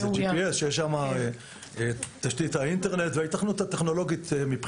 של אינטרנט והיתכנות טכנולוגית.